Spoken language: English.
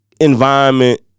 environment